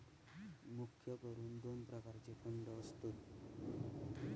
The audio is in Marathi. मुख्य करून दोन प्रकारचे फंड असतत